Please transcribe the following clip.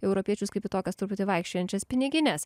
į europiečius kaip į tokias truputį vaikščiojančias pinigines